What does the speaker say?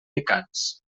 picats